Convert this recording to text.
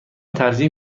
ترجیح